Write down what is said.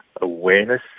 awareness